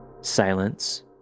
Silence